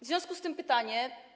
W związku z tym pytanie.